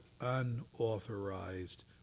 unauthorized